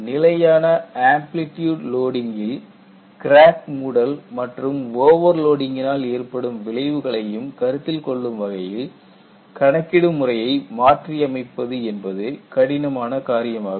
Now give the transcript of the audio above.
நிலையான ஆம்ப்லிட்யூட் லோடிங்கில் கிராக் மூடல் மற்றும் ஓவர்லோடிங்கினால் ஏற்படும் விளைவுகளையும் கருத்தில் கொள்ளும் வகையில் கணக்கிடும் முறையை மாற்றி அமைப்பது என்பது கடினமான காரியமாகும்